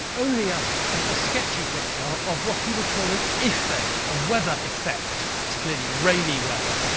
only ah a sketchy picture of what he would call an effet, a ah weather effect it's clearly rainy weather.